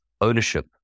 Ownership